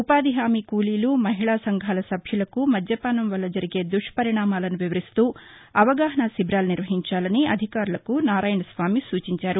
ఉపాధి హామీ కూలీలు మహిళా సంఘాల సభ్యులకు మద్యపానం వల్ల జరిగే దుప్బరిణామాలను వివరిస్తూ అవగాహనా శిబీరాలు నిర్వహించాలని అధికారులకు నారాయణస్వామి సూచించారు